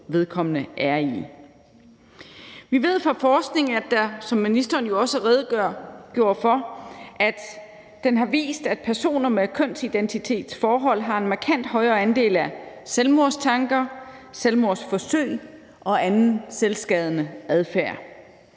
vedkommende er i. Vi ved fra forskningen, som ministeren jo også redegjorde for, at personer med kønsidentitetsforhold har en markant højere andel af selvmordstanker og selvmordsforsøg og anden selvskadende adfærd.